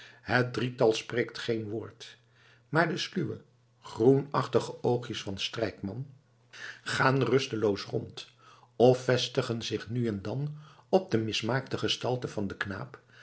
het drietal spreekt geen woord maar de sluwe groenachtige oogjes van strijkman gaan rusteloos rond of vestigen zich nu en dan op de mismaakte gestalte van den knaap